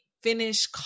finish